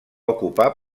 ocupar